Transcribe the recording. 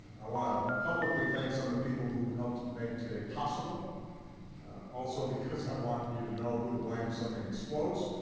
i want to publicly thank some of the people who helped make today possible also because i want you to know who to blame if something explodes.